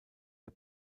der